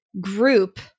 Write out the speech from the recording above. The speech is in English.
group